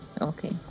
Okay